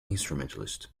instrumentalist